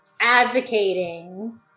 advocating